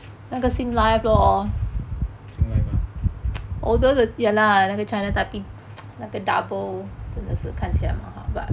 singlife ah